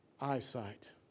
eyesight